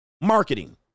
marketing